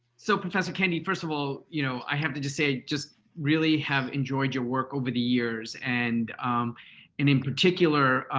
so professor kendi, first of all, you know i have to say just really have enjoyed your work over the years. and and in particular,